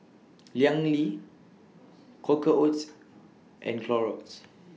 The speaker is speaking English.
Liang Yi Quaker Oats and Clorox